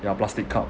ya plastic cup